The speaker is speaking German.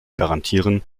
garantieren